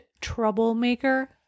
troublemaker